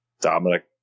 Dominic